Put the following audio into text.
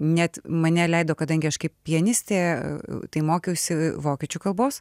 net mane leido kadangi aš kaip pianistė tai mokiausi vokiečių kalbos